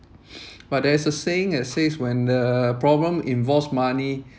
but there is a saying that says when the problem involves money